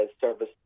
service